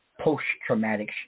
post-traumatic